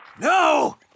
No